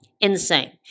Insane